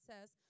says